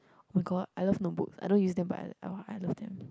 [oh]-my-god I love notebooks I don't use them but I !wah! I love them